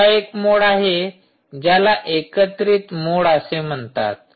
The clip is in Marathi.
दुसरा एक मोड आहे ज्याला एकत्रित मोड असे म्हणतात